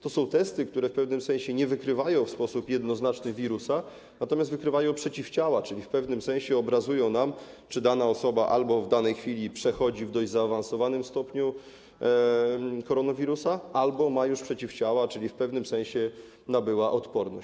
To są testy, które w pewnym sensie nie wykrywają w sposób jednoznaczny wirusa, natomiast wykrywają przeciwciała, czyli w pewnym sensie obrazują, czy dana osoba albo w danej chwili przechodzi w dość zaawansowanym stopniu koronawirusa, albo ma już przeciwciała, czyli w pewnym sensie nabyła odporność.